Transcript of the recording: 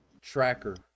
tracker